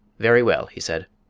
very well, he said,